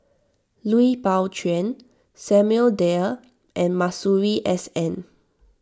Lui Pao Chuen Samuel Dyer and Masuri S N